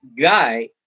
guy